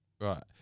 Right